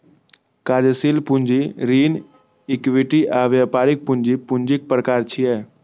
कार्यशील पूंजी, ऋण, इक्विटी आ व्यापारिक पूंजी पूंजीक प्रकार छियै